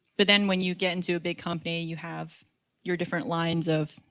but then when you get into a big company you have your different lines of,